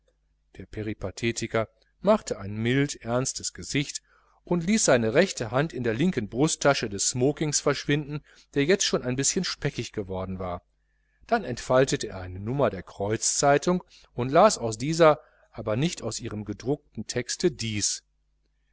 der peripathetiker machte ein mild ernstes gesicht und ließ seine rechte hand in der linken brusttasche des smokings verschwinden der jetzt schon ein bischen speckig geworden war dann entfaltete er eine nummer der kreuz zeitung und las aus dieser aber nicht aus ihrem gedruckten texte dies